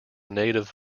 native